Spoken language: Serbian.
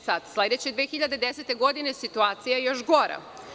Sledeće 2010. godine situacija je još gora.